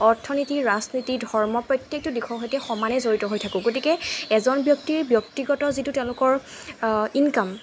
অৰ্থনীতি ৰাজনীতি ধৰ্ম প্ৰত্যেকটো দিশৰ সৈতে সমানে জড়িত হৈ থাকোঁ গতিকে এজন ব্যক্তিৰ ব্যক্তিগত যিটো তেওঁলোকৰ ইনকাম